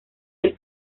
del